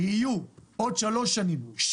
יהיו עוד שלוש שנים,